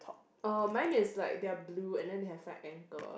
oh mine is like they are blue and they have side ankle